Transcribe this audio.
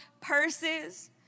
purses